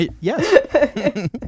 Yes